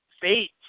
fate